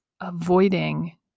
avoiding